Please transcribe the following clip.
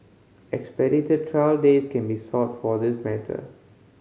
expedited trial dates can be sought for this matter